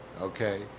Okay